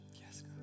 Yes